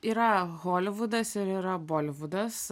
yra holivudas ir yra bolivudas